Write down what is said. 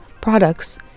products